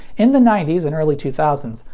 in the nineties and early two thousand